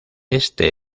este